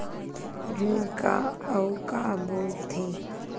ऋण का अउ का बोल थे?